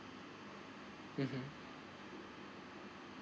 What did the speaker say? (uh huh)